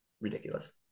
Ridiculous